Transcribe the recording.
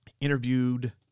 interviewed